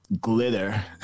glitter